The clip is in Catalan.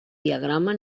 diagrama